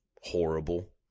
horrible